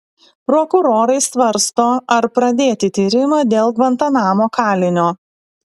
prokurorai svarsto ar pradėti tyrimą dėl gvantanamo kalinio